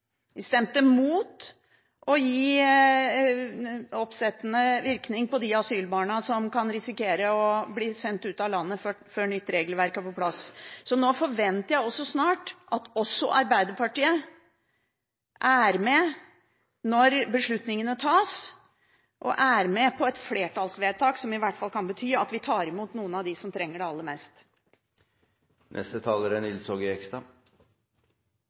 stemte mot å gi oppsettende virkning for de asylbarna som kan risikere å bli sendt ut av landet før nytt regelverk er på plass. Så nå forventer jeg snart at også Arbeiderpartiet er med når beslutningene tas, og er med på et flertallsvedtak som i hvert fall kan bety at vi tar imot noen av dem som trenger det aller mest.